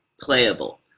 playable